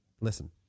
Listen